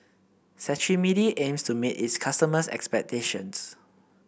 Cetrimide aims to meet its customers' expectations